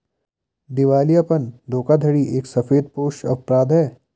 दिवालियापन धोखाधड़ी एक सफेदपोश अपराध है